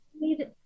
Need